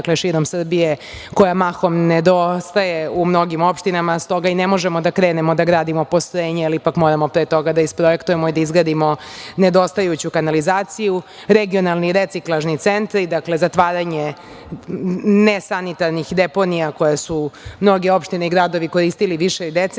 mreža širom Srbije koja mahom nedostaje u mnogim opštinama, stoga i ne možemo da krenemo da gradimo postrojenja, jer ipak moramo pre toga da isprojektujemo i da izgradimo nedostajuću kanalizaciju. Regionalni i reciklažni centri, dakle zatvaranje nesanitarnih deponija koje su mnoge opštine i gradovi koristili više decenija.